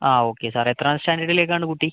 ആ okay sir എത്രാം സ്റ്റാൻഡേർഡിലേക്ക് ആണ് കുട്ടി